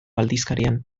aldizkarian